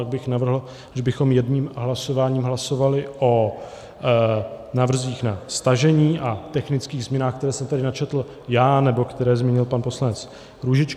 Pak bych navrhl, že bychom jedním hlasováním hlasovali o návrzích na stažení a technických změnách, které jsem tady načetl já nebo které zmínil pan poslanec Růžička.